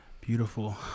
beautiful